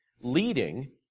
leading